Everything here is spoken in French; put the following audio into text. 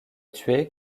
tuer